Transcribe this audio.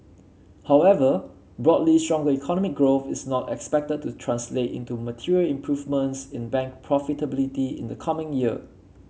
however broadly stronger economy growth is not expected to translate into material improvements in bank profitability in the coming year